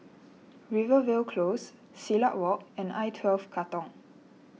Rivervale Close Silat Walk and I twelve Katong